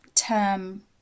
term